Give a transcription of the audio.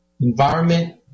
environment